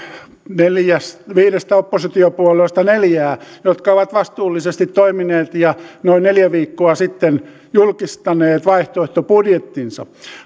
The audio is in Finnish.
viidestä oppositiopuolueesta neljää jotka ovat vastuullisesti toimineet ja noin neljä viikkoa sitten julkistaneet vaihtoehtobudjettinsa